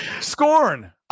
Scorn